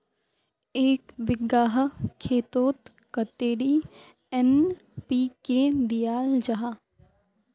एक बिगहा खेतोत कतेरी एन.पी.के दियाल जहा?